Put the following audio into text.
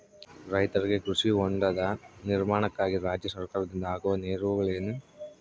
ರೈತರಿಗೆ ಕೃಷಿ ಹೊಂಡದ ನಿರ್ಮಾಣಕ್ಕಾಗಿ ರಾಜ್ಯ ಸರ್ಕಾರದಿಂದ ಆಗುವ ನೆರವುಗಳೇನು?